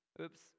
oops